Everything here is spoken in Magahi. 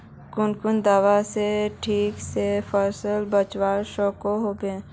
कुन कुन दवा से किट से फसल बचवा सकोहो होबे?